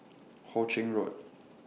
Ho Ching Road